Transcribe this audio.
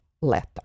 letter